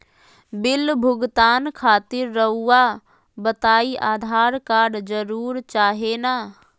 Bill भुगतान खातिर रहुआ बताइं आधार कार्ड जरूर चाहे ना?